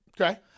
Okay